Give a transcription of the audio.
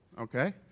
Okay